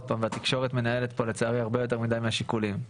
והתקשורת מנהלת פה לצערי הרבה יותר מדי מהשיקולים.